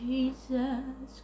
Jesus